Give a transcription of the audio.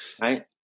Right